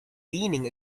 leaning